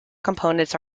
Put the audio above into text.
components